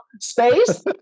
space